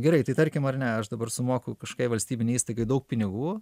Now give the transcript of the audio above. gerai tarkim ar ne aš dabar sumoku kažkaip valstybinei įstaigai daug pinigų